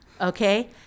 Okay